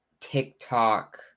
TikTok